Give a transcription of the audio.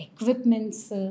equipments